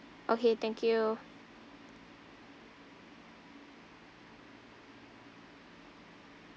okay thank you